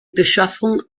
beschaffung